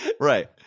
Right